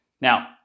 Now